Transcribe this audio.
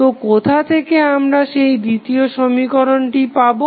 তো কোথাথেকে আমরা সেই দ্বিতীয় সমীকরণটি পাবো